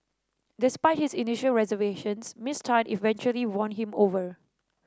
despite his initial reservations Miss Tan eventually won him over